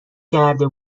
کرده